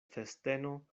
festeno